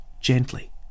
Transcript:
gently